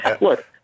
Look